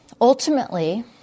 ultimately